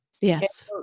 Yes